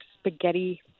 spaghetti